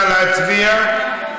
נא להצביע.